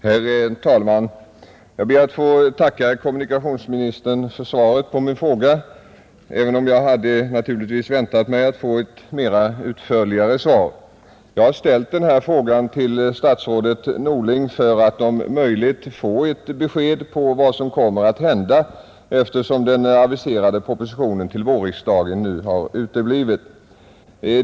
Herr talman! Jag ber att få tacka kommunikationsministern för svaret på min fråga, även om jag naturligtvis hade väntat mig att få ett mera utförligt besked. Jag har ställt frågan till statsrådet Norling för att om möjligt få ett besked om vad som kommer att hända, eftersom den aviserade propositionen till vårriksdagen nu har uteblivit.